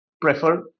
prefer